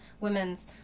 women's